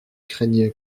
craignait